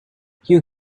you